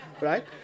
Right